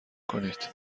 کنید